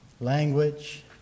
language